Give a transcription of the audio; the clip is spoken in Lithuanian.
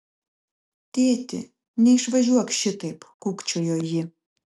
tėti neišvažiuok šitaip kūkčiojo ji